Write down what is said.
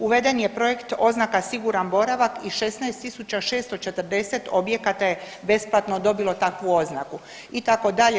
Uveden je projekt oznaka „siguran boravak“ i 16640 objekata je besplatno dobilo takvu oznaku itd.